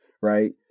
right